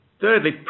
Thirdly